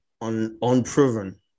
unproven